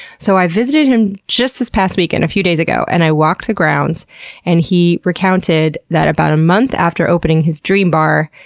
so, i visited him just this past weekend, a few days ago. and i walked the grounds and he recounted that about a month after opening his dream bar,